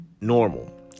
normal